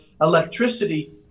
electricity